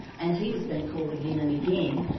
and he was being called again and again.